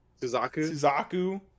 Suzaku